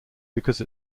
because